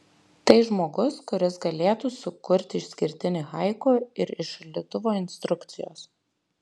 tai žmogus kuris galėtų sukurti išskirtinį haiku ir iš šaldytuvo instrukcijos